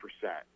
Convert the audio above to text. percent